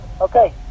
Okay